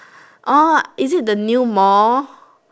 orh is it the new Mall